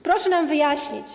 Proszę nam wyjaśnić.